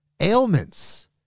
Ailments